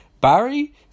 Barry